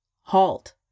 Halt